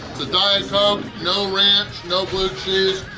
the diet coke, no ranch, no blue cheese,